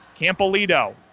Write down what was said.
Campolito